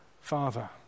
Father